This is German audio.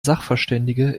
sachverständige